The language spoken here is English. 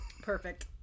perfect